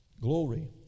Glory